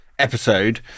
Episode